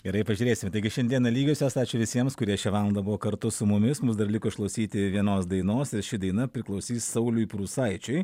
gerai pažiūrėsim taigi šiandieną lygiosios ačiū visiems kurie šią valandą buvo kartu su mumis mus dar liko išklausyti vienos dainos ir ši daina priklausys sauliui prūsaičiui